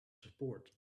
support